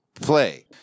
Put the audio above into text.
Play